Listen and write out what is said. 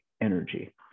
energy